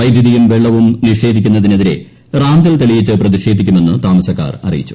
വൈദ്യുതിയും വെള്ളവും നിഷേധിക്കുന്നതിനെതിരെ റാന്തൽ തെളിയിച്ച് പ്രതിഷേധിക്കുമെന്ന് താമസക്കാർ അറിയിച്ചു